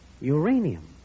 Uranium